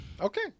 Okay